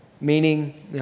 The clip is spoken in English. meaning